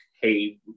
hey